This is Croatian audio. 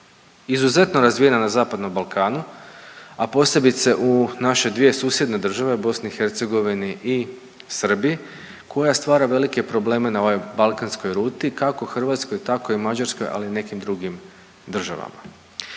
izuzetno razvijena na zapadnom Balkanu, a posebice u naše dvije susjedne države, BiH i Srbiji koja stvara velike probleme na ovoj balkanskoj ruti, kako Hrvatskoj, tako i Mađarskoj, ali i nekim drugima državama.